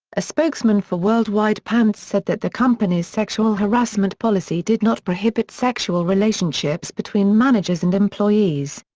a spokesman for worldwide pants said that the company's sexual harassment policy did not prohibit sexual relationships between managers and employees.